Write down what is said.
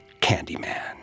Candyman